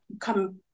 come